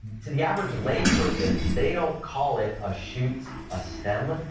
to the average layperson, they don't call it a shoot a stem.